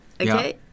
Okay